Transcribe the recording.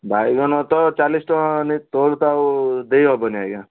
ବାଇଗଣ ତ ଚାଲିଶ ଟଙ୍କା ସେତଳକୁ ତ ଆଉ ଦେଇ ହେବନି ଆଜ୍ଞା